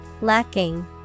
Lacking